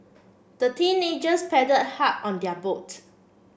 the teenagers hard on their boat